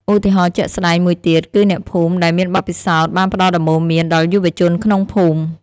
ឧទាហរណ៍ជាក់ស្តែងមួយទៀត គឺអ្នកភូមិដែលមានបទពិសោធន៍បានផ្តល់ដំបូន្មានដល់យុវជនក្នុងភូមិ។